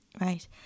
Right